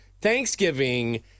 Thanksgiving